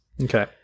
Okay